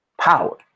Power